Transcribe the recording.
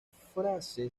frase